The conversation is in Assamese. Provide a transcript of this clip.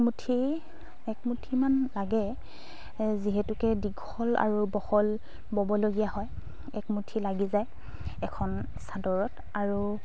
একমুঠি একমুঠিমান লাগে যিহেতুকে দীঘল আৰু বহল ব'বলগীয়া হয় একমুঠি লাগি যায় এখন চাদৰত আৰু